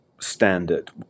standard